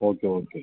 okay okay